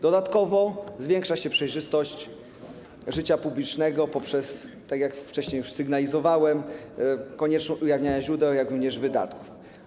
Dodatkowo zwiększa się przejrzystość życia publicznego poprzez, tak jak już wcześniej sygnalizowałem, konieczność ujawniania źródeł finansowania, jak również wydatków.